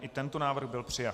I tento návrh byl přijat.